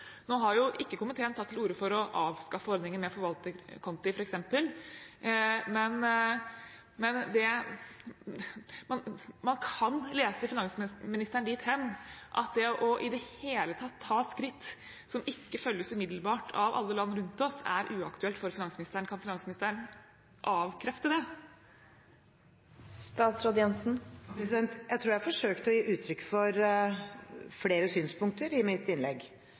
Nå har ikke komiteen tatt til orde for å avskaffe ordningen med forvalterkonti, f.eks. Men man kan lese finansministeren dit hen at det i det hele tatt å ta skritt som ikke følges umiddelbart av alle land rundt oss, er uaktuelt for finansministeren. Kan finansministeren avkrefte det? Jeg tror jeg forsøkte å gi uttrykk for flere synspunkter i mitt innlegg,